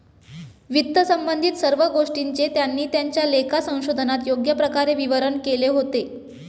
वित्तसंबंधित सर्व गोष्टींचे त्यांनी त्यांच्या लेखा संशोधनात योग्य प्रकारे विवरण केले होते